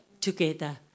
together